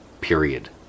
period